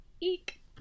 Eek